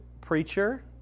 preacher